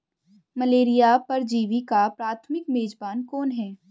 Malaria परजीवी का प्राथमिक मेजबान कौन है?